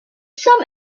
some